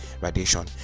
radiation